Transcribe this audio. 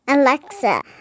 Alexa